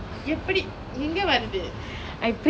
எப்படி எங்கே வருது:eppadi engei varuthu